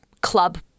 club